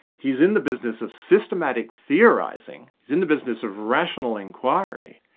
he's in the business of systematic theorising, he's in the business of rational inquiry,